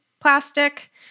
plastic